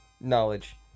knowledge